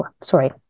sorry